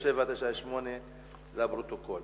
2. אם כן, האם קיים פיקוח על קרינת האנטנות?